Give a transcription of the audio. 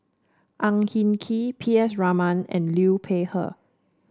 Ang Hin Kee P S Raman and Liu Peihe